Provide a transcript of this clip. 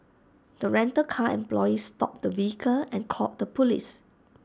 the rental car employee stopped the vehicle and called the Police